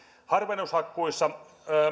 harvennushakkuissa